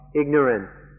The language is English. ignorance